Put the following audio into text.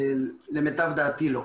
למיטב דעתי לא.